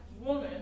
woman